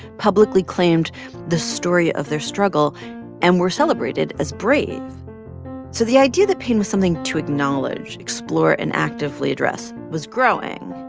publicly claimed the story of their struggle and were celebrated as brave so the idea that pain was something to acknowledge, explore and actively address was growing.